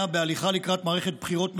בהליכה לקראת מערכת בחירות נוספת,